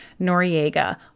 Noriega